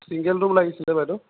single room লাগিছিল বাইদেউ